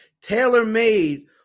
tailor-made